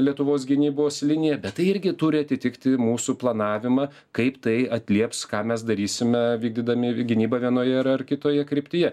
lietuvos gynybos linija bet tai irgi turi atitikti mūsų planavimą kaip tai atlieps ką mes darysime vykdydami gynybą vienoje ar ar kitoje kryptyje